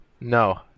No